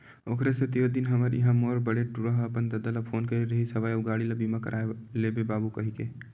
ओखरे सेती ओ दिन हमर इहाँ मोर बड़े टूरा ह अपन ददा ल फोन करे रिहिस हवय अउ गाड़ी ल बीमा करवा लेबे बाबू कहिके